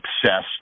success